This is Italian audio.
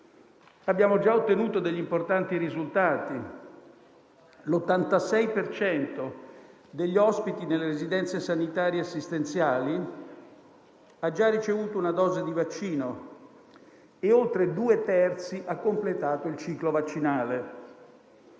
Abbiamo già ottenuto importanti risultati: l'86 per cento degli ospiti delle residenze sanitarie assistenziali ha già ricevuto una dose di vaccino e oltre due terzi ha completato il ciclo vaccinale.